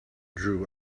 drew